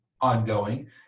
ongoing